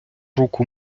руку